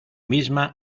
misma